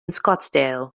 scottsdale